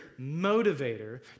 motivator